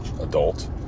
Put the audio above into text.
adult